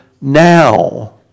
now